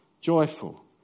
joyful